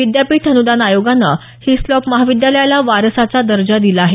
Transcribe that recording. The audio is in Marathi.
विद्यापीठ अनुदान आयोगानं हिस्लॉप महाविदयालयाला वारसाचा दर्जा दिला आहे